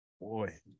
Boy